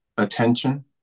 attention